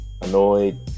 Annoyed